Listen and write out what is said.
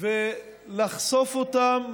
ולחשוף אותם